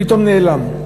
פתאום נעלם.